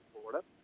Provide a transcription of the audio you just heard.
Florida